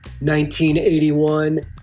1981